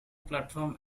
platform